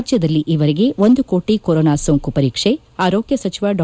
ರಾಜ್ಯದಲ್ಲಿ ಈವರೆಗೆ ಒಂದು ಕೋಟಿ ಕೊರೋನಾ ಸೋಂಕು ಪರೀಕ್ಷೆ ಆರೋಗ್ಯ ಸಚಿವ ಡಾ